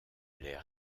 les